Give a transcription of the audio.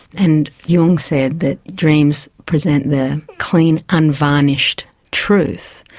and jung said that dreams present their clean, unvarnished truth',